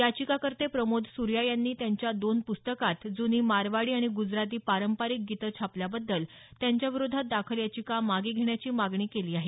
याचिकाकर्ते प्रमोद सुर्या यांनी त्यांच्या दोन प्रस्तकांत जूनी मारवाडी आणि गूजराती पारपारिक गीतं छापल्याबद्दल त्यांच्याविरोधात दाखल याचिका मागे घेण्याची मागणी केली आहे